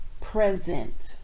present